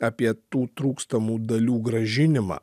apie tų trūkstamų dalių grąžinimą